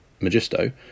Magisto